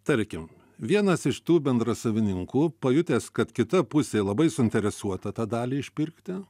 tarkim vienas iš tų bendrasavininkų pajutęs kad kita pusė labai suinteresuota tą dalį išpirkti